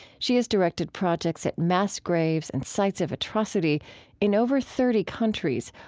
she has directed projects at mass graves and sites of atrocity in over thirty countries,